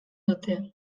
dute